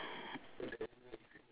then and the shirt is it